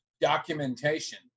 documentation